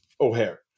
O'Hare